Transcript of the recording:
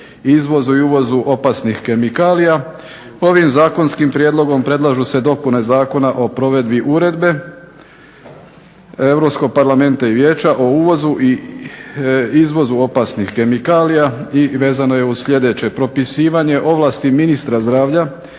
izvozu i uvozu opasnih kemikalija. Ovim zakonskim prijedlogom predlažu se dopune zakona o provedbi uredbe EU parlamenta i Vijeća o uvozu i izvozu opasnih kemikalija i vezano je uz sljedeće, propisivanje ovlasti ministra zdravlja